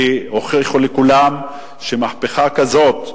כי הוכיחו לכולם שמהפכה כזאת,